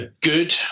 good